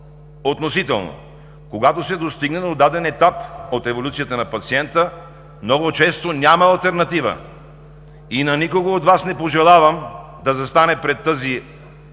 относително. Когато се достигне до даден етап от еволюцията на пациента, много често няма алтернатива. На никого от Вас не пожелавам да застане пред тази алтернатива